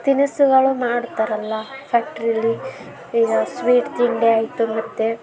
ತಿನಿಸುಗಳು ಮಾಡ್ತಾರಲ್ಲ ಫ್ಯಾಕ್ಟ್ರಿಲಿ ಈಗ ಸ್ವೀಟ್ ತಿಂಡಿ ಆಯಿತು ಮತ್ತು